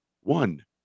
one